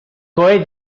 coet